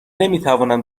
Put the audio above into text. نمیتوانم